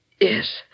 Yes